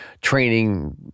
training